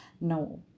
No